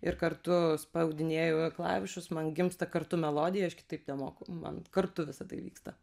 ir kartu spaudinėju klavišus man gimsta kartu melodija aš kitaip nemoku man kartu visa tai vyksta